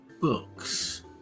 books